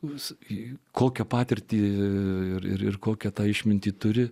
vis į kokią patirtį ir ir kokią tą išmintį turi